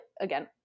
again